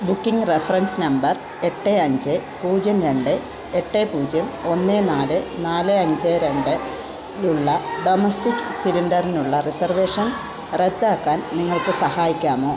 booking reference number എട്ട് അഞ്ച് പൂജ്യം രണ്ട് എട്ട് പൂജ്യം ഒന്ന് നാല് നാല് അഞ്ച് രണ്ടിലുള്ള ഡൊമസ്റ്റിക് സിലിണ്ടറിനുള്ള റിസർവേഷൻ റദ്ദാക്കാൻ നിങ്ങൾക്ക് സഹായിക്കാമോ